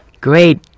Great